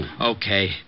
Okay